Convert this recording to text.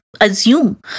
assume